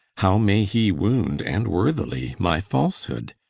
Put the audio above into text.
how may he wound, and worthily my falsehood,